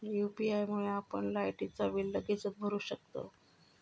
UPI मुळे आपण लायटीचा बिल लगेचच भरू शकतंव